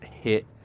hit